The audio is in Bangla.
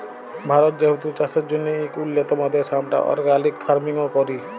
ভারত যেহেতু চাষের জ্যনহে ইক উল্যতম দ্যাশ, আমরা অর্গ্যালিক ফার্মিংও ক্যরি